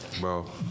Bro